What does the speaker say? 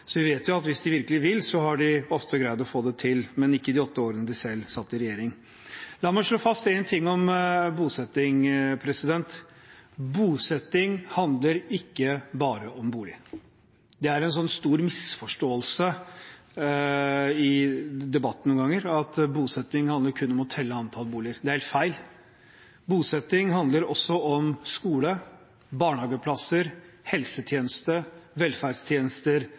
vi vet jo at hvis de virkelig vil, har de ofte greid å få det til – men ikke i de åtte årene de selv satt i regjering. La meg slå fast én ting om bosetting: Bosetting handler ikke bare om bolig. Det er en stor misforståelse i debatten noen ganger at bosetting kun handler om å telle antall boliger. Det er helt feil. Bosetting handler også om skole, barnehageplasser, helsetjenester, velferdstjenester